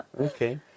Okay